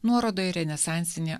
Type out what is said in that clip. nuoroda į renesansinį